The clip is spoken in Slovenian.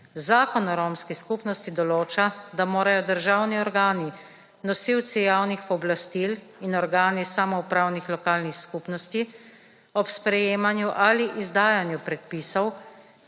Zakon o romski skupnosti določa, da morajo državni organi, nosilci javnih pooblastil in organi samoupravnih lokalnih skupnosti ob sprejemanju ali izdajanju predpisov